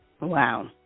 Wow